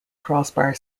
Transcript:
crossbar